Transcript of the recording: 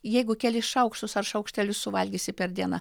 jeigu kelis šaukštus ar šaukštelius suvalgysi per dieną